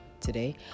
today